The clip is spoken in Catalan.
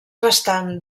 bastant